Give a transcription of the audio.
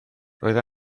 roedd